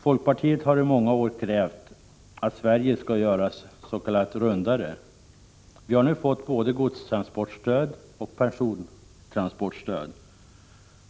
Folkpartiet har i många år krävt att Sverige skall göras ”rundare”. Vi har nu fått både godstransportstöd och persontransportstöd.